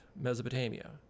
Mesopotamia